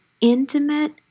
intimate